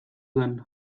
zen